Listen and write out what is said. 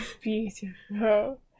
Beautiful